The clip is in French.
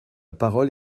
parole